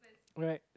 alright